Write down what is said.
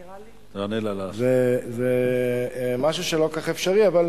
זה משהו שלא כל כך אפשרי, אבל